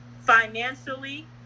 financially